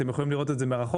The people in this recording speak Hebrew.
הם יכולים לראות מרחוק,